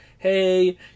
Hey